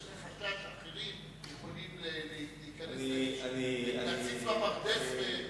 יש לך חשש שאחרים יכולים להציץ בפרדס ולהיפגע.